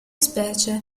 specie